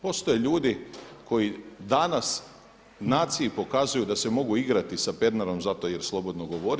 Postoje ljudi koji danas naciji pokazuju da se mogu igrati sa Pernarom zato jer slobodno govori.